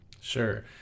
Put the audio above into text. Sure